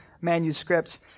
manuscripts